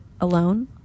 alone